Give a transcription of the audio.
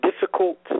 difficult